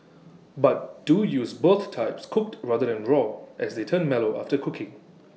but do use both types cooked rather than raw as they turn mellow after cooking